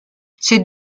ces